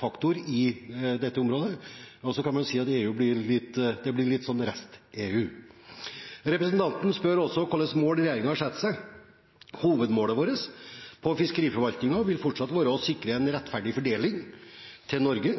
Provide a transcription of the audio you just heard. faktor i dette området, og så kan man si at EU blir et rest-EU. Representanten spør også om hvilke mål regjeringen har satt seg. Hovedmålet vårt for fiskeriforvaltningen vil fortsatt være å sikre en rettferdig fordeling til Norge,